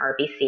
RBC